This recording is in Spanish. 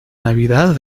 navidad